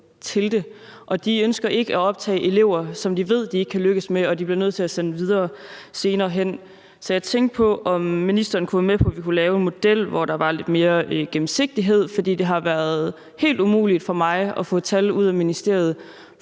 til det. Og de ønsker ikke at optage elever, som de ved de ikke kan lykkes med, og som de bliver nødt til at sende videre senere hen. Så nu, hvor ministeren ikke lige er med på vores model, tænkte jeg på, om ministeren kunne være med på, at vi kunne lave en model, hvor der var lidt mere gennemsigtighed, for det har været helt umuligt for mig at få tal ud af ministeriet